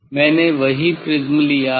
मैंने वही प्रिज्म लिया है